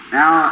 now